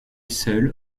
seule